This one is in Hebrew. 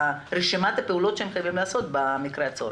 רשימת הפעולות שהם חייבים לעשות במקרה הצורך.